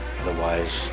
Otherwise